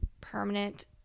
permanent